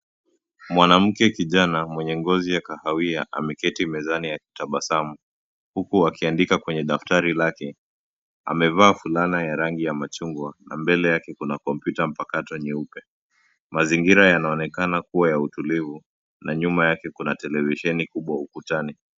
Mwanamke kijana mwenye ngozi ya kahawia ameketi mezani akitabasamu huku akiandika kwenye daftari lake. Amevaa fulana ya rangi ya machungwa na mbele yake kuna komputa mpakato nyeupe. Mazingira yanaonekana kuwa ya utulivu na nyuma yake kuna televisheni kubwa ukutani.